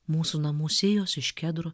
mūsų namų sijos iš kedro